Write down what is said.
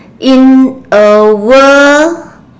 in a world